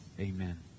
Amen